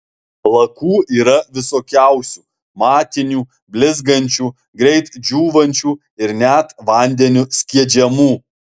lakų yra visokiausių matinių blizgančių greit džiūvančių ir net vandeniu skiedžiamų